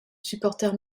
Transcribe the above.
supporters